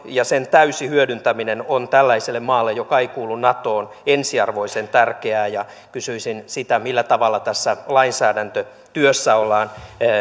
ja sen täysi hyödyntäminen on tällaiselle maalle joka ei kuulu natoon ensiarvoisen tärkeää ja kysyisin sitä millä tavalla tässä lainsäädäntötyössä ollaan